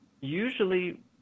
Usually